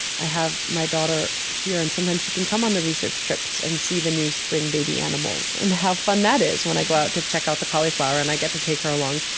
i have my daughter here, and sometimes she can come on the research trips and see the new spring baby animals and how fun that is when i go out to check out the cauliflower and i get to take her along.